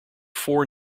four